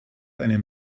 einen